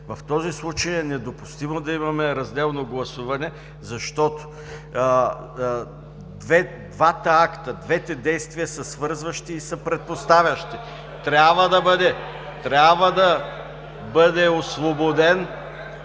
в този случай е недопустимо да имаме разделно гласуване, защото двата акта, двете действия са свързващи и са предпоставящи. Трябва да бъде освободен